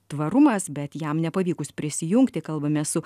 tvarumas bet jam nepavykus prisijungti kalbamės su